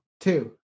two